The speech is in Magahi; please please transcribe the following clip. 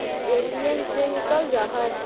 ए.टी.एम से निकल जा है?